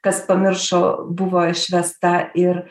kas pamiršo buvo išvesta ir